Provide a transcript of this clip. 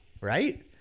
right